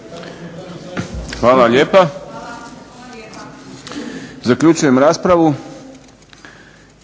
Hvala lijepa. Zaključujem raspravu.